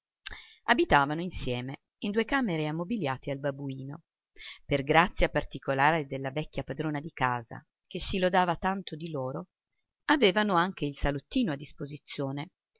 abitavano insieme in due camere ammobiliate al babuino per grazia particolare della vecchia padrona di casa che si lodava tanto di loro avevano anche il salottino a disposizione